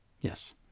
Yes